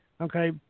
okay